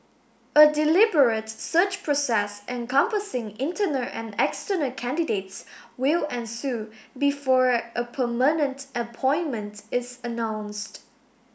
a deliberate search process encompassing internal and external candidates will ensue before a permanent appointment is announced